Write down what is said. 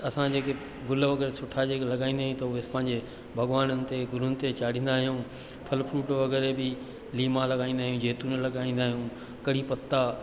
असां जेके गुल वग़ैरह सुठा जेके लॻाईंदा आहियूं त उहे इस पंहिंजे भॻिवाननि ते गुरुअनि ते चाढ़ींदा आहियूं फल फ़्रूट वग़ैरह बि लीमा लॻाईंदा आहियूं जैतून लॻाईंदा आहियूं कढ़ी पता